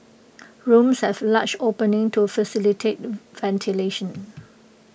rooms had large openings to facilitate ventilation